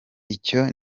icyo